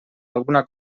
alguna